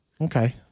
Okay